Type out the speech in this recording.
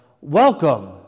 Welcome